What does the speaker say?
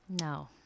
No